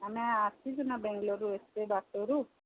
ଆମେ ଆସିଛୁ ନା ବେଙ୍ଗଲୋରରୁ ଏତେ ବାଟରୁ